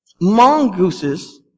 Mongooses